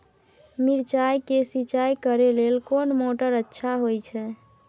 मिर्चाय के सिंचाई करे लेल कोन मोटर अच्छा होय छै?